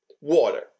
water